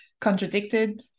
contradicted